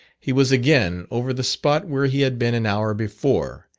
he was again over the spot where he had been an hour before,